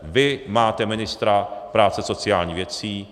Vy máte ministra práce a sociálních věcí.